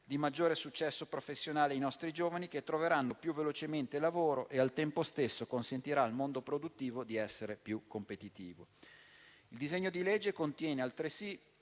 di maggior successo professionale ai nostri giovani, che troveranno più velocemente lavoro e al tempo stesso consentirà al mondo produttivo di essere più competitivo. Il disegno di legge contiene altresì